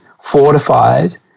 fortified